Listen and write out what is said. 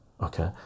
Okay